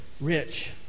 rich